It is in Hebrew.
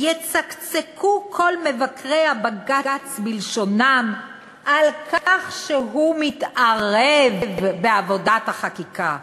יצקצקו כל מבקרי בג"ץ בלשונם על כך שהוא "מתערב בעבודת החקיקה".